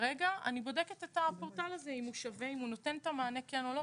כרגע אני בודקת את הפורטל הזה אם הוא שווה והאם הוא נותן מענה או לא.